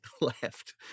left